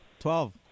Twelve